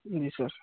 जी sir